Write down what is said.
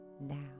now